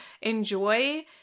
enjoy